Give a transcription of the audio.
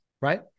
right